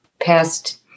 past